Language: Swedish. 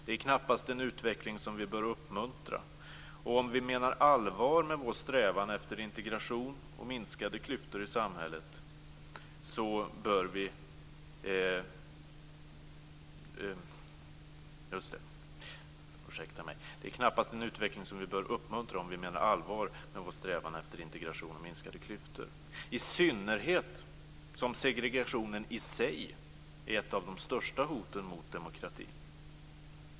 Det är knappast en utveckling som vi bör uppmuntra om vi menar allvar med vår strävan efter integration och minskade klyftor i samhället, i synnerhet som segregationen i sig är ett av de största hoten mot demokratin.